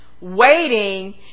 waiting